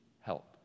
help